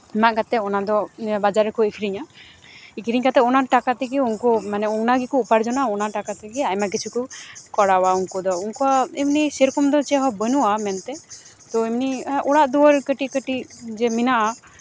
ᱢᱟᱜ ᱠᱟᱛᱮ ᱚᱱᱟᱫᱚ ᱵᱟᱡᱟᱨ ᱨᱮᱠᱚ ᱟᱹᱠᱷᱨᱤᱧᱟ ᱟᱠᱷᱨᱤᱧ ᱠᱟᱛᱮᱜ ᱚᱱᱟ ᱴᱟᱠᱟ ᱛᱮᱜᱮ ᱩᱱᱠᱩ ᱚᱱᱟ ᱜᱮᱠᱚ ᱩᱯᱟᱨᱡᱚᱱᱟ ᱚᱱᱟ ᱴᱟᱠᱟ ᱛᱮᱜᱮ ᱟᱭᱢᱟ ᱠᱤᱪᱷᱩ ᱠᱚ ᱠᱚᱨᱟᱣᱟ ᱩᱱᱠᱩ ᱫᱚ ᱩᱱᱠᱩᱣᱟᱜ ᱮᱢᱱᱤ ᱥᱮᱭ ᱨᱚᱠᱚᱢ ᱫᱚ ᱪᱮᱫᱦᱚᱸ ᱵᱟᱹᱱᱩᱜᱼᱟ ᱢᱮᱱᱛᱮ ᱛᱚ ᱚᱲᱟᱜ ᱫᱩᱣᱟᱹᱨ ᱠᱟᱹᱴᱤᱡ ᱠᱟᱹᱴᱤᱡ ᱡᱮ ᱢᱮᱱᱟᱜᱼᱟ